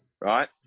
right